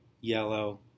yellow